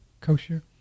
kosher